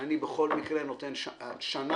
שאני בכל מקרה נותן שנה,